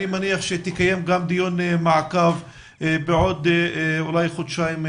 אני מניח שתקיים גם דיון מעקב בעוד כחודשיים-שלושה.